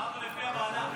אמרנו לפי הוועדה.